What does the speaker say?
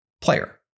player